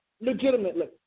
legitimately